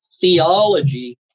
theology